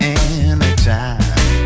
anytime